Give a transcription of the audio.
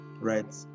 right